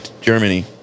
Germany